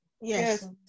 Yes